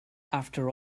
after